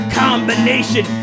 combination